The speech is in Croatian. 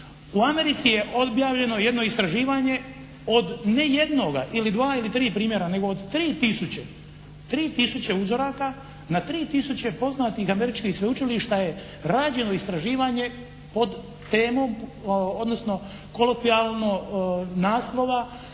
U Americi je objavljeno jedno istraživanje od ne jednoga ili dva, ili tri primjera nego od 3 tisuće uzoraka. Na 3 tisuće poznatih američkih sveučilišta je rađeno istraživanje pod temom odnosno kolokvijalno naslova